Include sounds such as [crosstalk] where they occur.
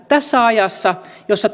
tässä ajassa jossa [unintelligible]